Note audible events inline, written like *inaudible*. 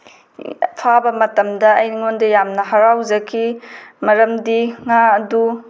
*unintelligible* ꯐꯥꯕ ꯃꯇꯝꯗ ꯑꯩꯉꯣꯟꯗ ꯌꯥꯝꯅ ꯍꯔꯥꯎꯖꯈꯤ ꯃꯔꯝꯗꯤ ꯉꯥ ꯑꯗꯨ